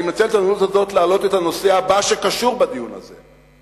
אני מנצל את ההזדמנות הזאת להעלות את הנושא הבא שקשור בדיון הזה: